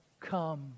come